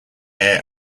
air